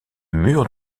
mur